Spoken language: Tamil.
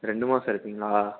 ரெண்டு மாதம் எடுக்கிறிங்களா